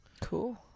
Cool